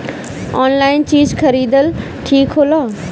Online चीज खरीदल ठिक होला?